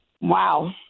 Wow